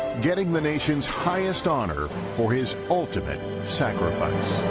getting the nation's highest honor for his ultimate sacrifice.